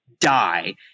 die